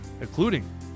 including